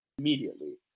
immediately